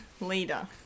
leader